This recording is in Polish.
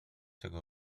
tego